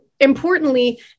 importantly